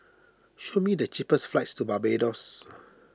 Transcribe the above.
show me the cheapest flights to Barbados